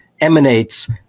emanates